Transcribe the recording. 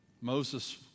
Moses